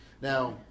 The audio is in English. Now